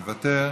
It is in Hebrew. מוותר,